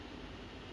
mm